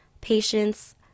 patience